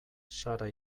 sara